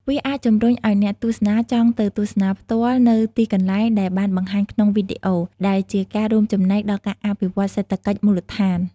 វាអាចជំរុញឲ្យអ្នកទស្សនាចង់ទៅទស្សនាផ្ទាល់នូវទីកន្លែងដែលបានបង្ហាញក្នុងវីដេអូ ដែលជាការរួមចំណែកដល់ការអភិវឌ្ឍសេដ្ឋកិច្ចមូលដ្ឋាន។